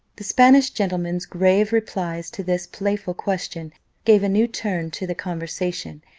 the spanish gentleman's grave replies to this playful question gave a new turn to the conversation,